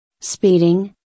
Speeding